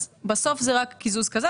בסוף זה רק קיזוז כזה.